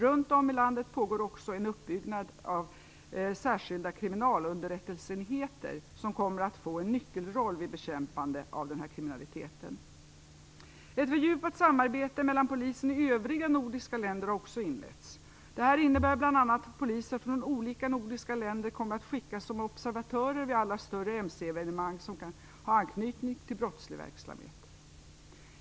Runt om i landet pågår också en uppbyggnad av särskilda kriminalunderrättelseenheter, som kommer att få en nyckelroll vid bekämpande av den här kriminaliteten. Ett fördjupat samarbete mellan polisen i övriga nordiska länder har också inletts. Det innebär bl.a. att poliser från olika nordiska länder kommer att skickas som observatörer vid alla större mc-evenemang som kan ha anknytning till brottslig verksamhet.